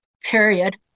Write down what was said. period